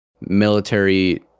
Military